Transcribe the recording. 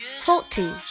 Forty